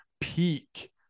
peak